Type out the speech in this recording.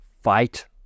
fight